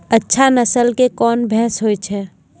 अच्छा नस्ल के कोन भैंस होय छै?